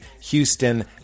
Houston